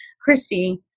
Christy